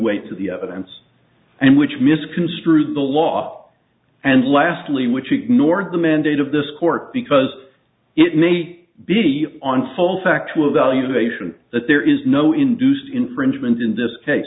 weight to the evidence and which misconstrued the law and lastly which ignored the mandate of this court because it may be on full factual valuation that there is no induce infringement in this case